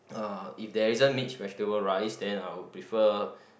uh if there isn't mixed vegetable rice then I would prefer